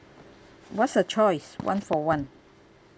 what's the choice one for one